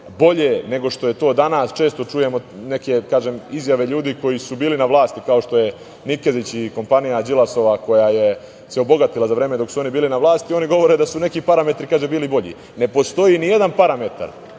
bolje nego što je to danas, često čujemo neke izjave ljudi koji su bili na vlasti, kao što je Nikezić i kompanija Đilasova koja se obogatila za vreme dok su oni bili na vlasti, oni govore da su neki parametri bili bolji. Ne postoji ni jedan parametar